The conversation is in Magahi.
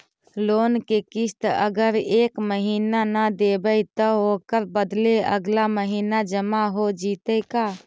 लोन के किस्त अगर एका महिना न देबै त ओकर बदले अगला महिना जमा हो जितै का?